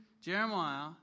Jeremiah